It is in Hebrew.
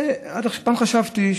פעם חשבתי,